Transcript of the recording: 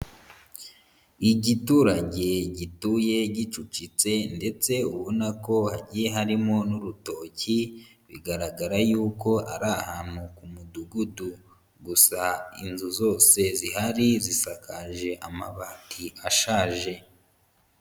Igiturange gituye gicucitse, ndetse ubona ko hagiye harimo n'urutoki, bigaragara yuko ari ahantu ku mudugudu gusa inzu zose zihari zisakaje amabati ashaje.